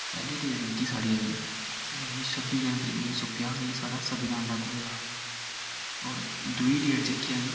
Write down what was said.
पैह्ली डेट जेह्की स्हाड़ी आई एह् आई छब्बी जनवरी उन्नी सौ पंजाह् गी साढ़ा संविधान लागू होएया हा होर दुई डेट जेह्की आई